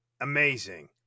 amazing